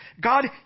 God